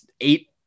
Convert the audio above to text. eight